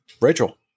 Rachel